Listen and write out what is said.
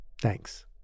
Thanks